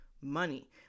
money